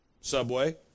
Subway